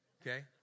okay